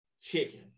chicken